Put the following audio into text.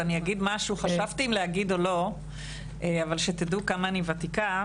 ואני אגיד משהו שחשבתי אם להגיד או לא כדי שתדעו כמה אני ותיקה.